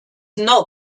not